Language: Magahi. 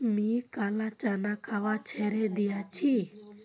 मी काला चना खवा छोड़े दिया छी